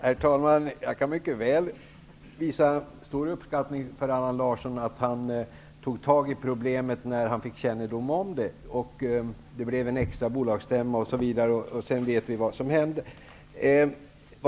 Herr talman! Jag kan mycket väl visa stor uppskattning över att Allan Larsson tog itu med problemet, när han fick kännedom om det. Det blev en extra bolagsstämma osv. och sedan vet vi vad som hände.